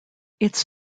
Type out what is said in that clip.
its